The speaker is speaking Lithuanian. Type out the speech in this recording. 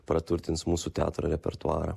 praturtins mūsų teatro repertuarą